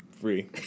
free